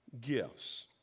gifts